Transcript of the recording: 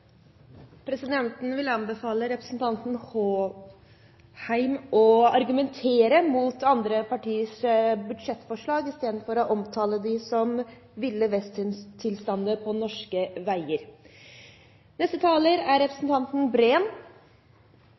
Presidenten vil anbefale representanten Håheim å argumentere mot andre partiers budsjettforslag istedenfor å omtale dem som «Ville vesten-tilstander på norske veier.»